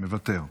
מוותר.